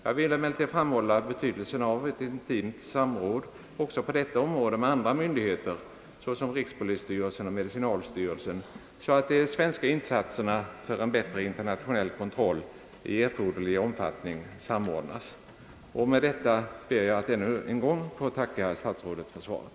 Jag vill emellertid framhålla betydelsen av ett intimt samråd också på detta område med andra myndigheter såsom rikspolisstyrelsen och medicinalstyrelsen, så att de svenska insatserna för en bättre internationell kontroll i erforderlig omfattning samordnas. Med detta ber jag att än en gång få tacka statsrådet för svaret.